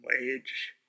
wage